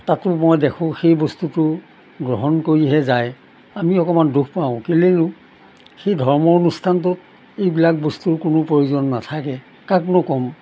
তাতো মই দেখোঁ সেই বস্তুটো গ্ৰহণ কৰিহে যায় আমি অকণমান দুখ পাওঁ কেলৈ সেই ধৰ্ম অনুষ্ঠানটোত এইবিলাক বস্তুৰ কোনো প্ৰয়োজন নাথাকে কাকনো ক'ম